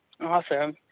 Awesome